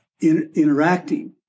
interacting